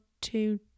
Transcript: two